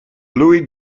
louis